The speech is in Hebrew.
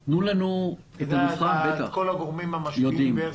את כל הגורמים המשפיעים?